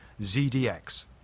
ZDX